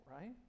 right